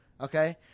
Okay